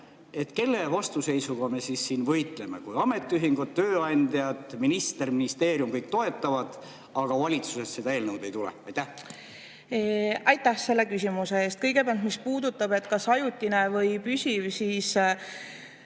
Kelle vastuseisuga me siis siin võitleme, kui ametiühingud, tööandjad, minister ja ministeerium kõik toetavad, aga valitsusest seda eelnõu ei tule? Aitäh selle küsimuse eest! Kõigepealt, mis puudutab seda, kas ajutine või püsiv.